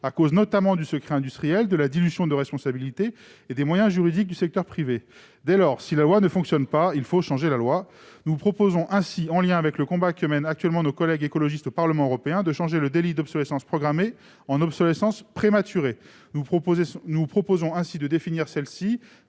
du fait du secret industriel, de la dilution des responsabilités et des moyens juridiques dont dispose le secteur privé. Dès lors, si la loi ne fonctionne pas, il faut changer la loi ! Nous proposons donc, en lien avec le combat que mènent actuellement nos collègues écologistes au Parlement européen, de remplacer le délit d'obsolescence programmée par un délit d'obsolescence prématurée. Nous vous proposons de définir celle-ci